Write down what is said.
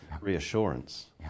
reassurance